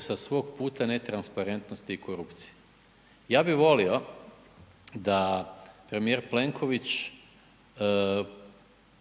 Sa svog puta netransparentnosti i korupcije. Ja bih volio da premijer Plenković